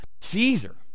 Caesar